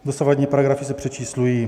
Dosavadní paragrafy se přečíslují.